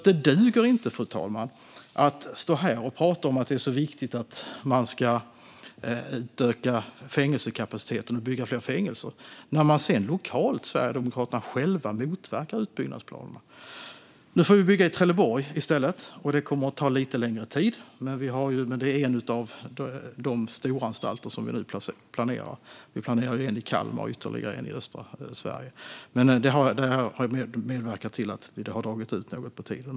Det duger inte att stå här och prata om att det är viktigt att utöka kapaciteten och bygga fler fängelser när sedan det egna partiet, Sverigedemokraterna, lokalt motverkar utbyggnadsplanerna. Nu får vi bygga i Trelleborg i stället. Det kommer att ta lite längre tid, men det är en av de storanstalter som vi nu planerar. Vi planerar också en i Kalmar och ytterligare en i östra Sverige. Men detta har alltså bidragit till att det har dragit ut något på tiden.